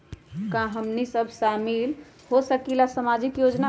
का हमनी साब शामिल होसकीला सामाजिक योजना मे?